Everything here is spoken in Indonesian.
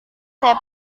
saya